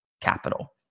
capital